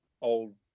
old